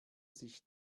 sich